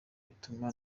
bituma